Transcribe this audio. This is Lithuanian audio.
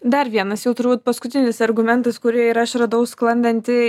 dar vienas jau turbūt paskutinis argumentas kurį ir aš radau sklandantį